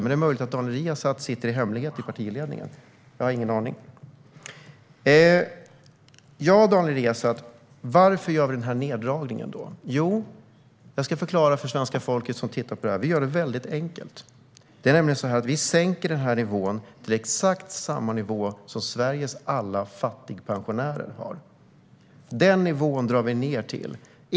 Men det är möjligt att Daniel Riazat sitter i partiledningen i hemlighet. Jag har ingen aning. Varför, Daniel Riazat, gör vi denna neddragning? Jag ska förklara för svenska folket som tittar på detta. Vi gör det mycket enkelt. Det är nämligen så att vi sänker denna nivå till exakt samma nivå som Sveriges alla fattigpensionärer lever på. Den nivån drar vi ned till.